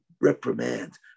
reprimand